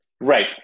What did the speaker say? right